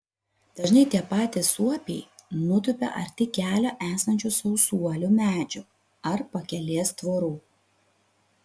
dažnai tie patys suopiai nutupia arti kelio esančių sausuolių medžių ar pakelės tvorų